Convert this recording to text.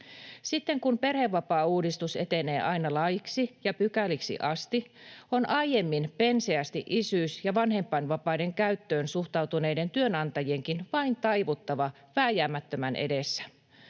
Sitten, kun perhevapaauudistus etenee aina laiksi ja pykäliksi asti, on aiemmin penseästi isyys- ja vanhempainvapaiden käyttöön suhtautuneiden työnantajienkin vain taivuttava vääjäämättömän edessä.